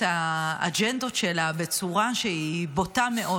האג'נדות שלה בצורה שהיא בוטה מאוד.